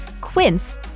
Quince